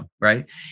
right